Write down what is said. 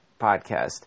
podcast